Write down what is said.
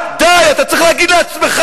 די, די.